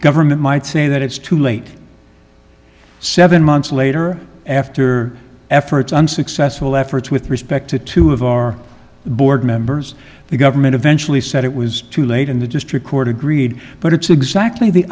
government might say that it's too late seven months later after efforts unsuccessful efforts with respect to two of our board members the government eventually said it was too late and the district court agreed but it's exactly the